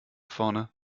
vorne